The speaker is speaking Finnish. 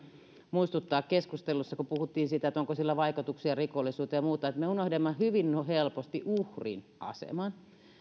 muistuttaa kun keskustelussa puhuttiin siitä onko sillä vaikutuksia rikollisuuteen ja muuta että me unohdamme hyvin helposti uhrin aseman